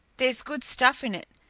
there's good stuff in it,